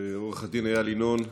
עו"ד איל ינון.